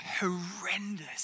horrendous